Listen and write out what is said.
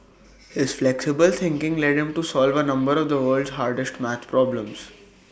his flexible thinking led him to solve A number of the world's hardest math problems